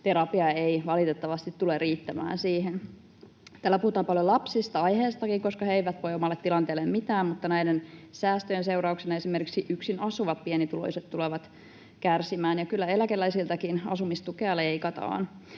terapia ei valitettavasti tule riittämään siihen. Täällä puhutaan paljon lapsista, aiheestakin, koska he eivät voi omalle tilanteelle mitään, mutta näiden säästöjen seurauksena esimerkiksi yksin asuvat pienituloiset tulevat kärsimään ja kyllä eläkeläisiltäkin asumistukea leikataan.